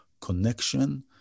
connection